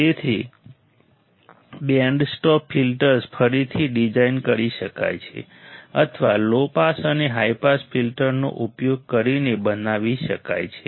તેથી band stop filters ફરીથી design કરી શકાય છે અથવા લો પાસ અને હાઇ પાસ ફિલ્ટરનો ઉપયોગ કરીને બનાવી શકાય છે